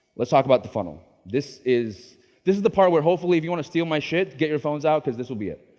let's talk about the funnel. this is this is the part where, hopefully, if you want to steal my shit, get your phones out because this will be it.